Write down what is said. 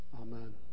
Amen